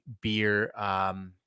beer –